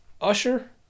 Usher